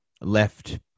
left